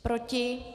Proti?